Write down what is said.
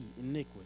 iniquity